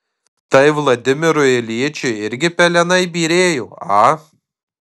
tai vladimirui iljičiui irgi pelenai byrėjo a